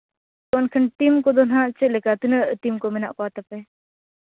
ᱵᱚᱞ ᱠᱷᱮᱞ ᱴᱤᱢ ᱠᱚᱫᱚ ᱱᱟᱦᱟᱜ ᱪᱮᱫ ᱞᱮᱠᱟ ᱛᱤᱱᱟᱹᱜ ᱴᱤᱢ ᱠᱚ ᱢᱮᱱᱟᱜ ᱠᱚ ᱛᱟᱯᱮ